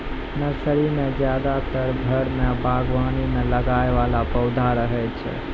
nursery मॅ ज्यादातर घर के बागवानी मॅ लगाय वाला पौधा रहै छै